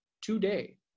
today